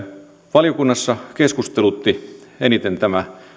valiokunnassa keskustelutti eniten tämä